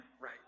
right